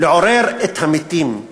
לעורר את המתים,